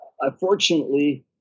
unfortunately